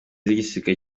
w’igisirikare